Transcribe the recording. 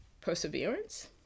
perseverance